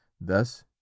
thus